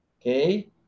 okay